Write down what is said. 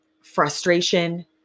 frustration